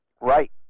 Right